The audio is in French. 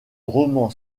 roman